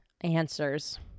answers